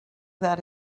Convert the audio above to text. that